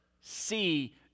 see